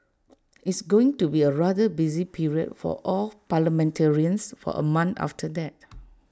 it's going to be A rather busy period for all parliamentarians for A month after that